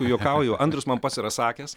juokauju andrius man pats yra sakęs